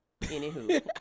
Anywho